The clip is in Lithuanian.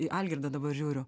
į algirdą dabar žiūriu